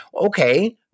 Okay